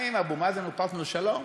האם אבו מאזן הוא פרטנר לשלום?